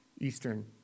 eastern